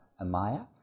Amaya